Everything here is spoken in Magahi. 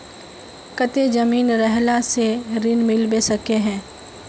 केते जमीन रहला से ऋण मिलबे सके है?